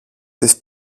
της